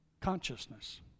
consciousness